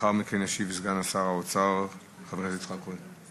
לאחר מכן ישיב סגן שר האוצר, חבר הכנסת יצחק כהן.